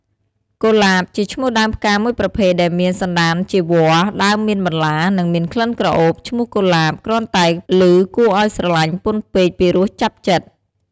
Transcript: កុលាប ជាឈ្មោះដើមផ្កាមួយប្រភេទដែលមានសន្តានជាវល្លិ ដើមមានបន្លា និងមានក្លិនក្រអូប។ ឈ្មោះកុលាប គ្រាន់តែឮគួរឱ្យស្រឡាញ់ពន់ពេក ពីរោះចាប់ចិត្ត ។